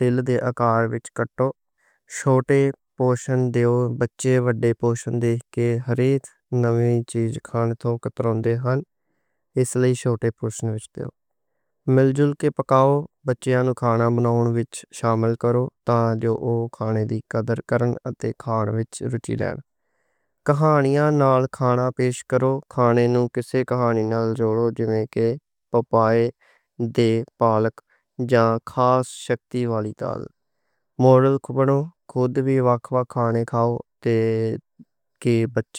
دل دے اکار وچ کٹو۔ چھوٹے پورشن دیو، بچے وڈے پورشن ویکھ کے نویں چیز کھانے توں کٹران دے ہن، اس لئی چھوٹے۔ پورشن وچ دیو، مل جول کے پکاو، بچے نوں کھانا۔ بناون وچ شامل کرو تاں جو او کھانے دی قدر کرن اتے کھانے وچ روچی رہن۔ کہانیاں نال کھانا پیش کرو، کھانے نوں کسے کہانی نال جوڑو۔ جیویں کے پپایا دی، پالک یا خاص شکتی والی تال۔ خود وی وکھ وکھ کھانے کھاؤ تے کہ بچے نوں کھانا بناون وچ شامل۔ کرو تاں جو او کھانے دی قدر کرو۔